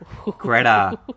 greta